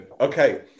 Okay